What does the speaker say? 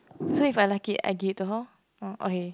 so if I like it I give it to her lor orh okay